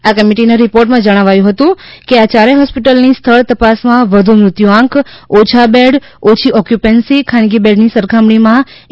આ કમિટીના રિપોર્ટમાં જણાવાયું હતું કે આ ચારેય હોસ્પિટલોની સ્થળ તપાસમાં વધુ મૃત્યુ આંક ઓછા બેડ ઓછી ઓક્યુપેન્સી ખાનગી બેડની સરખામણીમાં એ